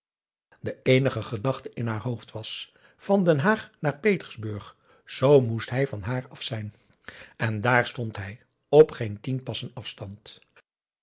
de eenige gedachte in haar hoofd was van den haag naar petersburg zver moest hij aum boe akar eel haar af zijn en daar stond hij op geen tien passen afstand